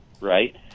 right